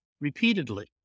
repeatedly